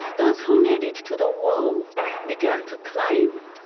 those who made it to the wall began to climb,